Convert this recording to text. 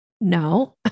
No